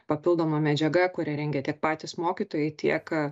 papildoma medžiaga kurią rengia tiek patys mokytojai tiek